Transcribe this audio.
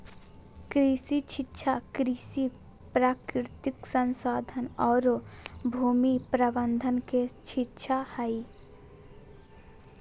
कृषि शिक्षा कृषि, प्राकृतिक संसाधन औरो भूमि प्रबंधन के शिक्षा हइ